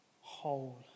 whole